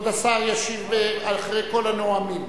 כבוד השר ישיב אחרי כל הנואמים.